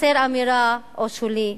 חסר אמירה או שולי.